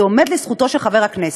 זה עומד לזכותו של חבר הכנסת.